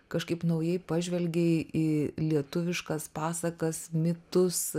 kažkaip naujai pažvelgei į lietuviškas pasakas mitus